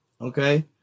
Okay